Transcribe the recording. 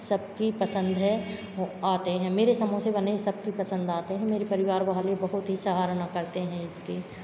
सबकी पसन्द है वो आते हैं मेरे समोसे बने सबकी पसन्द आते हैं मेरी परिवार वाले बहुत ही सराहना करते हैं इसकी